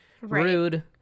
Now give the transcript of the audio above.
rude